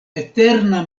eterna